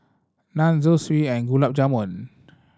Naan Zosui and Gulab Jamun